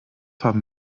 haben